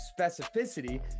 specificity